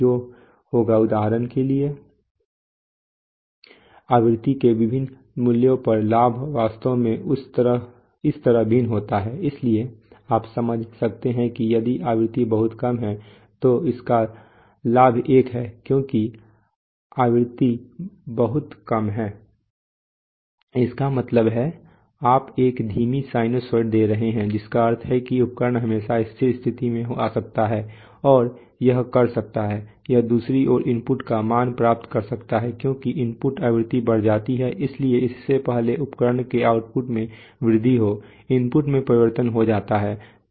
जो होगा उदाहरण के लिए आवृत्ति के विभिन्न मूल्यों पर लाभ वास्तव में इस तरह भिन्न होता है इसलिए आप समझ सकते हैं कि यदि आवृत्ति बहुत कम है तो उसका लाभ एक है क्योंकि आवृत्ति बहुत कम है इसका मतलब है आप एक धीमी साइनसॉइड दे रहे हैं जिसका अर्थ है कि उपकरण हमेशा स्थिर स्थिति में आ सकता है और यह कर सकता है यह दूसरी ओर इनपुट का मान प्राप्त कर सकता है क्योंकि इनपुट आवृत्ति बढ़ जाती है इसलिए इससे पहले उपकरण के आउटपुट में वृद्धि हो इनपुट में परिवर्तन हो जाता है